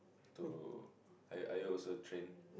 to are you are you also trained to